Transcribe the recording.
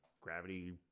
gravity